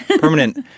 permanent